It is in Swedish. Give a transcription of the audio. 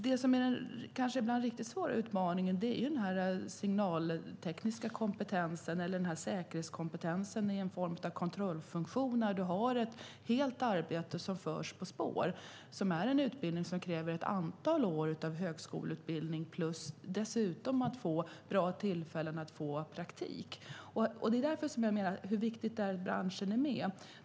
Det som kanske är den riktigt svåra utmaningen är den signaltekniska kompetensen eller säkerhetskompetensen i form av en kontrollfunktion, där ett helt arbete utförs på spår. Det kräver ett antal år av högskoleutbildning och dessutom bra tillfällen att få praktik. Det är därför som jag menar att det är viktigt att branschen är med.